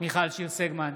מיכל שיר סגמן,